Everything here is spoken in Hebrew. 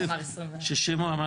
60 הוא אמר